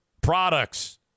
products